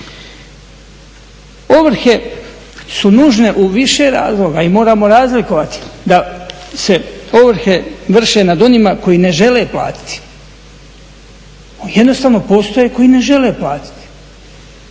Ovrhe su nužne u više razloga i moramo razlikovati da se ovrhe vrše nad onima koji ne žele platiti. Jednostavno postoje koji ne žele platiti,